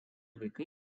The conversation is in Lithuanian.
vaikai